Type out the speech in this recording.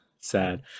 Sad